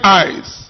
eyes